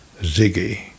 Ziggy